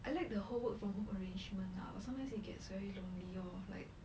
I like the whole world from home arrangement lah but sometimes you get very lonely lor like